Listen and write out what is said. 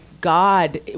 God